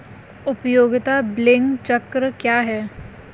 उपयोगिता बिलिंग चक्र क्या है?